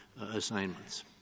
assignments